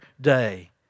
day